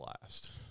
last